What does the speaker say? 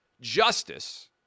Justice